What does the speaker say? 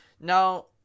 now